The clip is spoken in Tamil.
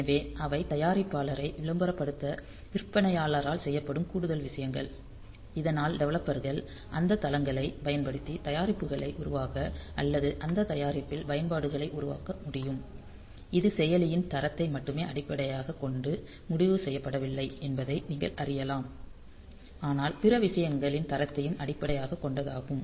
எனவே அவை தயாரிப்பாளரை விளம்பரப்படுத்த விற்பனையாளரால் செய்யப்படும் கூடுதல் விஷயங்கள் இதனால் டெவலப்பர்கள் அந்த தளங்களை பயன்படுத்தி தயாரிப்புகளை உருவாக்க அல்லது அந்த தயாரிப்பில் பயன்பாடுகளை உருவாக்க முடியும் இது செயலியின் தரத்தை மட்டுமே அடிப்படையாகக் கொண்டு முடிவு செய்யப்படவில்லை என்பதை நீங்கள் அறியலாம் ஆனால் பிற விஷயங்களின் தரத்தையும் அடிப்படையாகக் கொண்டதாகும்